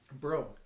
bro